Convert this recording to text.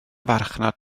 farchnad